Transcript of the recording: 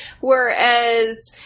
Whereas